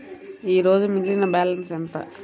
ఈరోజు మిగిలిన బ్యాలెన్స్ ఎంత?